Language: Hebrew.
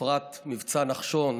בפרט מבצע נחשון